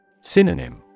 Synonym